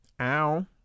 Ow